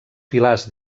pilars